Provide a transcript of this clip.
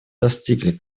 достигли